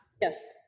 Yes